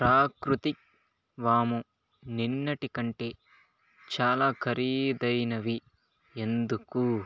ప్రాకృతిక్ వాము నిన్నటి కంటే చాలా ఖరీదైనవి ఎందుకు